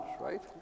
right